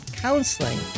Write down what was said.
Counseling